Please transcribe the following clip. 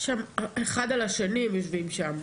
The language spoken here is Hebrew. אחד על השני הם יושבים שם.